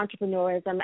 entrepreneurism